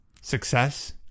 success